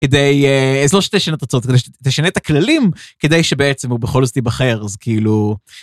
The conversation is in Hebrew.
כדי, אז לא שתשנה את הצוות, כדי שתשנה את הכללים, כדי שבעצם הוא בכל זאת יבחר, אז כאילו...